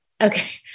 Okay